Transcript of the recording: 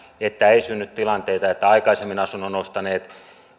että ei synny tilanteita että aikaisemmin asunnon ostaneet